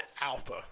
alpha